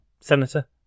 Senator